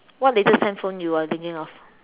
what latest handphone you are thinking of